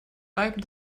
reiben